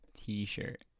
t-shirt